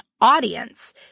audience